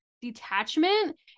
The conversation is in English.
detachment